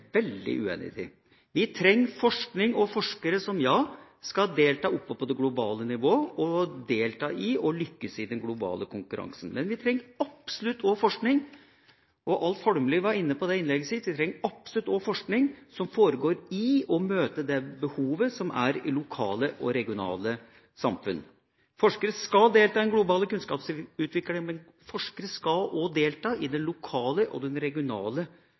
veldig uenig i. Vi trenger forskning og forskere som skal delta oppe på det globale nivå og delta i og lykkes i den globale konkurransen. Men vi trenger absolutt også forskning – Alf Holmelid var inne på det i innlegget sitt – som foregår i og møter det behovet som er i lokale og regionale samfunn. Forskere skal delta i den globale kunnskapsutviklinga, men forskere skal også delta i den lokale og den regionale